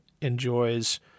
enjoys